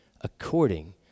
according